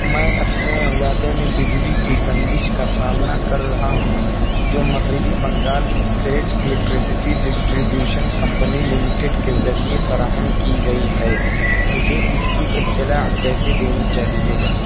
میں اپنے علاقے میں بجلی کی بندش کا سامنا کر رہا ہوں جو مغربی Bengal state electricity distribution company limited کے ذریعہ فراہم کی گئی ہے مجھے اس کی اطلاع کیسے دینی چاہیے